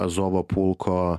azovo pulko